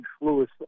Lewis